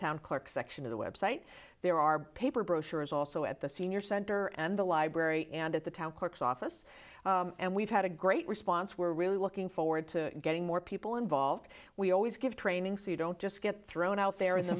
town clerk section of the website there are paper brochures also at the senior center and the library and at the town courts office and we've had a great response we're really looking forward to getting more people involved we always give training so you don't just get thrown out there in the